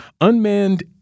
unmanned